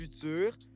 future